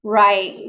right